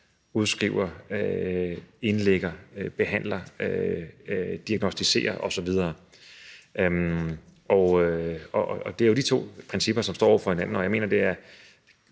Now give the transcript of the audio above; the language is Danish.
udskriver, indlægger, behandler, diagnosticerer osv. Det er jo de to principper, som står over for hinanden, og jeg mener, det er